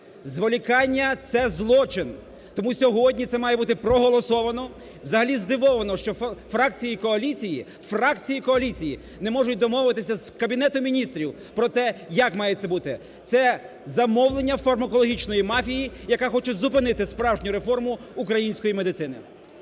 Зволікання – це злочин. Тому сьогодні це має бути проголосовано. Взагалі здивовано, що фракції коаліції, фракції коаліції не можуть домовитися з Кабінетом Міністрів про те, як має це бути. Це замовлення фармакологічної мафії, яка хоче зупинити справжню реформу української медицини.